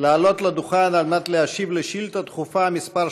לעלות לדוכן ולהשיב על שאילתה דחופה מס'